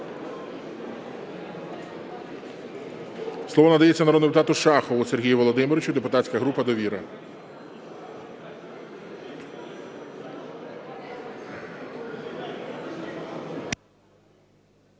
Слово надається народному депутату Шахову Сергію Володимировичу, депутатська група "Довіра".